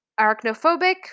arachnophobic